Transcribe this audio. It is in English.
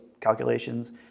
calculations